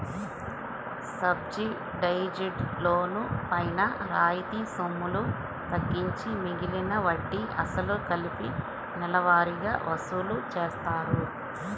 subsidised loan పైన రాయితీ సొమ్ములు తగ్గించి మిగిలిన వడ్డీ, అసలు కలిపి నెలవారీగా వసూలు చేస్తారు